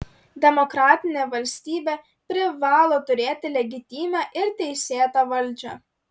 demokratinė valstybė privalo turėti legitimią ir teisėtą valdžią